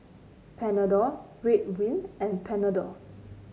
Panadol Ridwind and Panadol